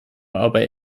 aber